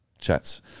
chats